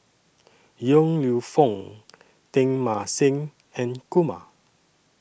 Yong Lew Foong Teng Mah Seng and Kumar